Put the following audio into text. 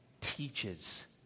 teaches